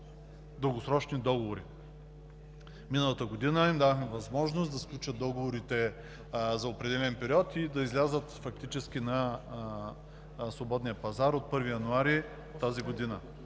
дългосрочни договори, – миналата година им дадохме възможност да сключат договорите за определен период и да излязат фактически на свободния пазар от 1 януари тази година.